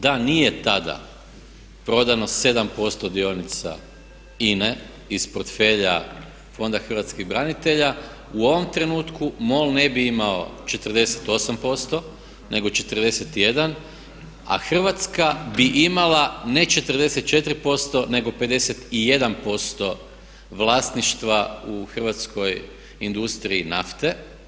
Da nije tada prodano 7% dionica INA-e iz portfelja Fonda hrvatskih branitelja u ovom trenutku MOL ne bi imao 48% nego 41 a Hrvatska bi imala ne 44% nego 51% vlasništva u hrvatskoj industriji nafte.